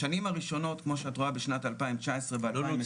בשנים הראשונות, כמו שאת רואה, בשנת 2019 ו-2020,